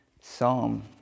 Psalm